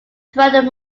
throughout